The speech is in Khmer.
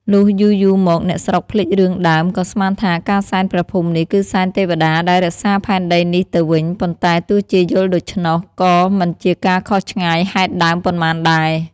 លុះយូរៗ មក អ្នកស្រុកភ្លេចរឿងដើម ក៏ស្មានថា ការសែន ព្រះភូមិនេះ គឺសែនទេវតាដែលរក្សាផែនដីនេះទៅវិញ ប៉ុន្តែទោះជាយល់ដូច្នោះ ក៏មិនជាការខុសឆ្ងាយហេតុដើមប៉ុន្មានដែរ ។